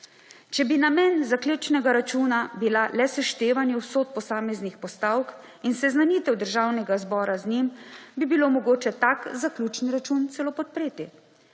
bi bil namen zaključnega računa le seštevanje vsot posameznih postavk in seznanitev Državnega zbora z njim, bi bilo mogoče tak zaključni račun celo podpreti,